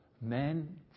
men